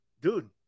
dude